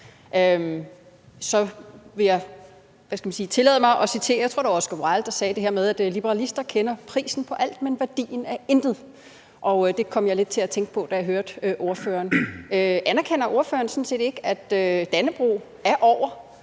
jeg tror, det var Oscar Wilde, der sagde det her med, at liberalister kender prisen på alt, men værdien af intet. Det kom jeg lidt til at tænke på, da jeg hørte ordføreren. Anerkender ordføreren ikke, at Dannebrog sådan